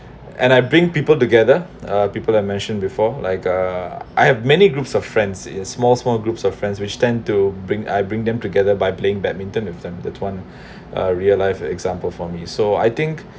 and I bring people together uh people I mentioned before like uh I have many groups of friends in small small groups of friends which tend to bring I bring them together by playing badminton with them that one a real life example for me so I think